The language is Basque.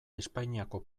espainiako